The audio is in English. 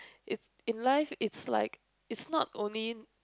in in life it's like it's not only